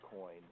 coin